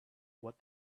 what